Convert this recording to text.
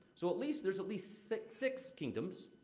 so, at least there's at least six six kingdoms.